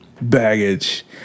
baggage